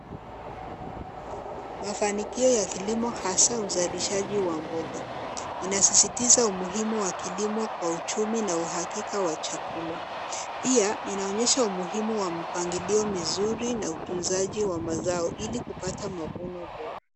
Mafanikio ya kilimo hasa uzalishaji wa mboga inasisitiza umuhimu wa kilimo kwa uchumi na uhakika wa chakula pia inaonyesha umuhimu wa mpangilio mizuri na utunzaji wa mazao ili kupata mavuno bora.